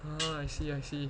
uh I see I see